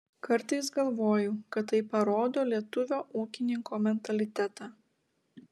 kartais galvoju kad tai parodo lietuvio ūkininko mentalitetą